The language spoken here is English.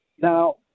Now